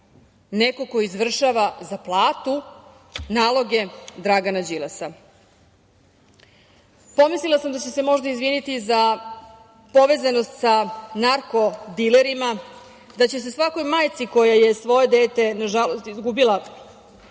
neko ko izvršava za platu naloge Dragana Đilasa. Pomislila sam da će se možda izviniti za povezanost sa narkodilerima, da će se svakoj majci koja je svoje dete nažalost izgubila